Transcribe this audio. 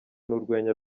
n’urwenya